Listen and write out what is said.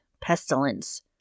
pestilence